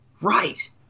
Right